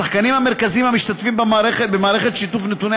השחקנים המרכזיים המשתתפים במערכת שיתוף נתוני